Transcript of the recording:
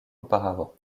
auparavant